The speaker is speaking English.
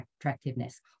attractiveness